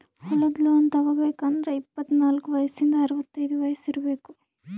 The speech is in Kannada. ಹೊಲದ್ ಲೋನ್ ತಗೋಬೇಕ್ ಅಂದ್ರ ಇಪ್ಪತ್ನಾಲ್ಕ್ ವಯಸ್ಸಿಂದ್ ಅರವತೈದ್ ವಯಸ್ಸ್ ಇರ್ಬೆಕ್